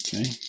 Okay